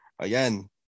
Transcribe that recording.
again